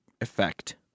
effect